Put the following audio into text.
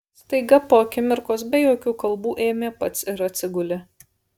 staiga po akimirkos be jokių kalbų ėmė pats ir atsigulė